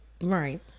Right